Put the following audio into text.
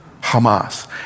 Hamas